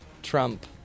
Trump